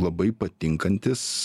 labai patinkantis